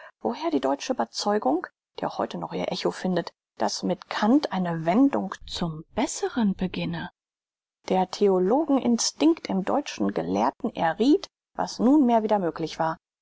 woher die deutsche überzeugung die auch heute noch ihr echo findet daß mit kant eine wendung zum besseren beginne der theologen instinkt im deutschen gelehrten errieth was nunmehr wieder möglich war